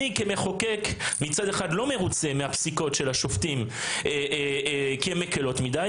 אני כמחוקק מצד אחד לא מרוצה מהפסיקות של השופטים כי הן מקלות מידי,